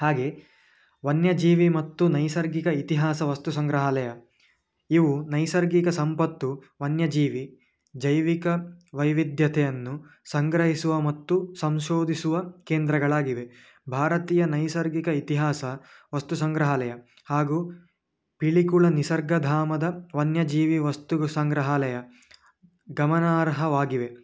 ಹಾಗೇ ವನ್ಯಜೀವಿ ಮತ್ತು ನೈಸರ್ಗಿಕ ಇತಿಹಾಸ ವಸ್ತು ಸಂಗ್ರಹಾಲಯ ಇವು ನೈಸರ್ಗಿಕ ಸಂಪತ್ತು ವನ್ಯಜೀವಿ ಜೈವಿಕ ವೈವಿಧ್ಯತೆಯನ್ನು ಸಂಗ್ರಹಿಸುವ ಮತ್ತು ಸಂಶೋಧಿಸುವ ಕೇಂದ್ರಗಳಾಗಿವೆ ಭಾರತೀಯ ನೈಸರ್ಗಿಕ ಇತಿಹಾಸ ವಸ್ತು ಸಂಗ್ರಹಾಲಯ ಹಾಗೂ ಪಿಲಿಕುಳ ನಿಸರ್ಗಧಾಮದ ವನ್ಯಜೀವಿ ವಸ್ತು ಸಂಗ್ರಹಾಲಯ ಗಮನಾರ್ಹವಾಗಿವೆ